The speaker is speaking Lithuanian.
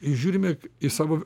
ir žiūrime į savo